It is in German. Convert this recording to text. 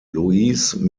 louise